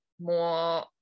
more